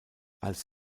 als